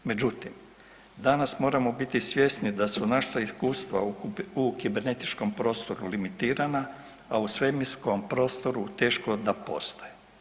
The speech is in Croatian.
Međutim, danas moramo biti svjesni da su naša iskustva u kibernetičkom prostoru limitirana, a u svemirskom prostoru teško da postoje.